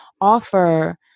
offer